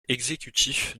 exécutif